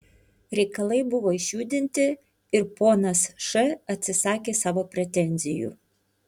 reikalai buvo išjudinti ir ponas š atsisakė savo pretenzijų